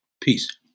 Peace